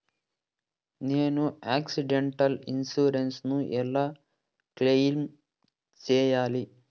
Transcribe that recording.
నేను accidental insurance ను ఎలా క్లెయిమ్ సేయాలి?